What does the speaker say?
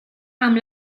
amb